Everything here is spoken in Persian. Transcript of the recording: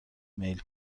میل